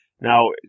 Now